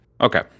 Okay